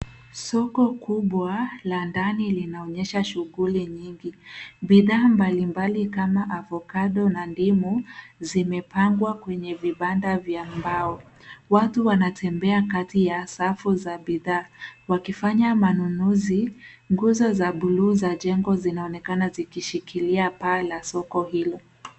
Soko kubwa, la ndani ilinaonyesha shughuli nyingi. Bidha mbalimbali kama avocado na ndimu zimepangwa kwenye vibanda vya mbao. Watu wanatembea kati ya safu za bidha. Wakifanya manunuzi, nguzo za buluu za jengo zinaonekana zikishikilia paa la soko hilo.